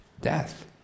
death